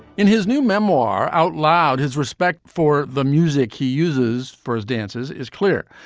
in his new memoir outloud his respect for the music he uses for his dances is clear.